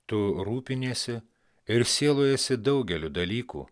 tu rūpiniesi ir sielojiesi daugeliu dalykų